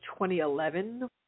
2011